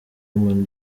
women